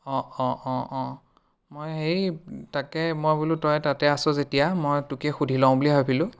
অঁ অঁ অঁ অঁ মই সেই তাকে মই বোলো তই তাতে আছ যেতিয়া মই তোকেই সুধি লওঁ বুলি ভাবিলোঁ